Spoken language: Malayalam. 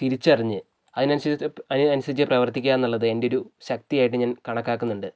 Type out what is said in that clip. തിരിച്ചറിഞ്ഞ് അതിനനുസരിച്ചിട്ട് അതിനനുസരിച്ച് പ്രവർത്തിക്കുക എന്നുള്ളത് എൻ്റെ ഒരു ശക്തിയായിട്ട് ഞാൻ കണക്കാക്കുന്നുണ്ട്